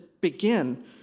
begin